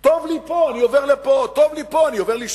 טוב לי פה, אני עובר לפה.